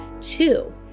two